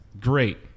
great